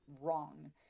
wrong